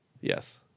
Yes